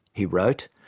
he wrote,